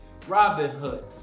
Robinhood